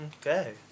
Okay